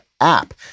app